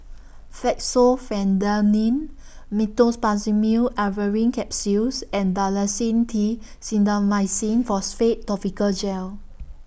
Fexofenadine Meteospasmyl Alverine Capsules and Dalacin T Clindamycin Phosphate Topical Gel